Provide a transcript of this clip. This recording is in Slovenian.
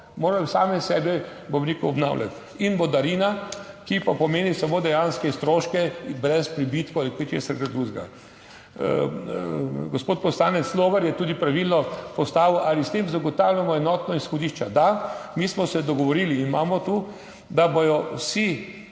morali sami sebe, bom rekel, obnavljati. In bo darina, ki pa pomeni samo dejanske stroške brez pribitkov ali česarkoli drugega. Gospod poslanec Logar je tudi pravilno postavil ali s tem zagotavljamo enotna izhodišča. Da. Mi smo se dogovorili in imamo 11. TRAK: